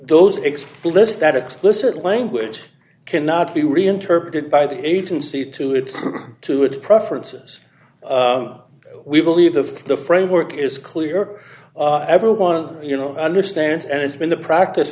those explicit that explicit language cannot be reinterpreted by the agency to its to its preferences we believe if the framework is clear everyone you know understands and it's been the practice